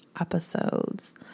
episodes